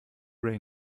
ray